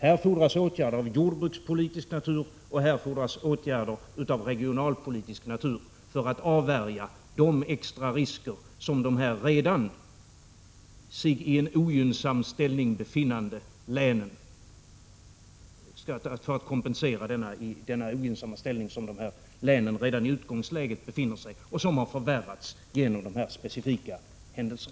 Här fordras också åtgärder av jordbrukspolitisk natur och åtgärder av regionalpolitisk natur för att avvärja de risker som de län som redan i utgångsläget befinner sig i en ogynnsam ställning löper och som har förvärrats genom dessa specifika händelser.